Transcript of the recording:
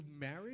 marriage